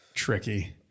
tricky